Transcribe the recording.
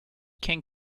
can